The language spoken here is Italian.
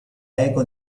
eco